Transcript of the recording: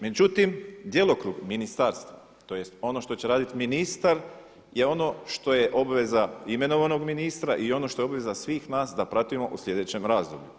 Međutim, djelokrug ministarstva tj. ono što će raditi ministar je ono što je obveza imenovanog ministra i ono što je obveza svih nas da pratimo u slijedećem razdoblju.